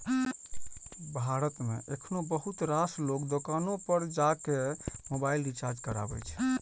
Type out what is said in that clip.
भारत मे एखनो बहुत रास लोग दोकाने पर जाके मोबाइल रिचार्ज कराबै छै